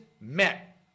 met